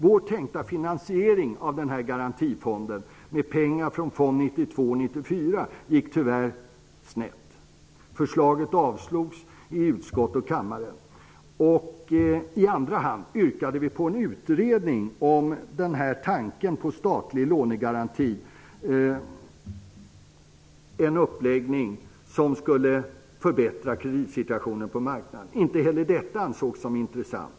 Vår tänkta finansiering av denna garantifond med pengar från Fond 92--94 gick tyvärr snett. Förslaget avslogs i utskott och kammare. I andra hand yrkade vi på en utredning om tanken på en statlig lånegaranti, en uppläggning som skulle förbättra kreditsituationen på marknaden. Tyvärr ansågs inte heller detta som intressant.